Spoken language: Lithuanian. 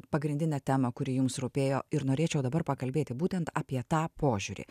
pagrindinę temą kuri jums rūpėjo ir norėčiau dabar pakalbėti būtent apie tą požiūrį